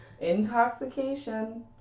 intoxication